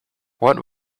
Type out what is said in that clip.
what